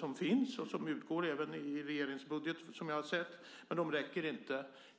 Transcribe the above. De finns och utgår enligt regeringens budget, men de räcker